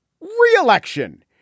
Re-election